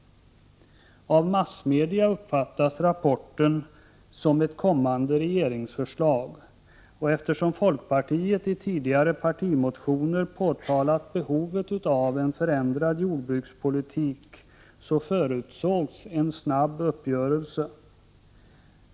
Av massmedia uppfattades rapporten som ett kommande regeringsförslag, och eftersom folkpartiet i tidigare partimotioner påtalat behovet av en förändrad jordbrukspolitik förutsågs en snabb uppgörelse.